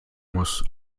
muss